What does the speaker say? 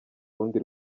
rundi